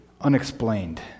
unexplained